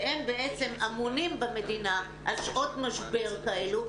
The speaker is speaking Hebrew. שהם בעצם אמונים במדינה על שעות משבר כאלו,